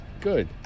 Good